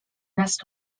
nest